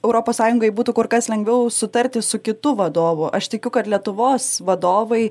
europos sąjungai būtų kur kas lengviau sutarti su kitu vadovu aš tikiu kad lietuvos vadovai